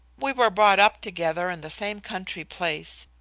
we were brought up together in the same country place.